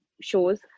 shows